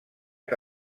que